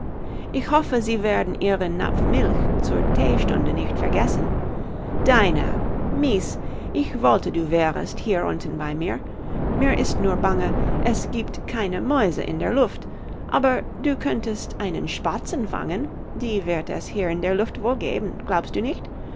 ich hoffe sie werden ihren napf milch zur theestunde nicht vergessen dinah mies ich wollte du wärest hier unten bei mir mir ist nur bange es giebt keine mäuse in der luft aber du könntest einen spatzen fangen die wird es hier in der luft wohl geben glaubst du nicht